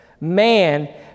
man